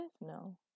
No